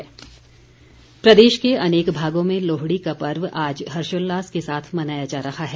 लोहड़ी प्रदेश के अनेक भागों में लोहड़ी का पर्व आज हर्षोल्लास के साथ मनाया जा रहा है